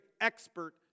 expert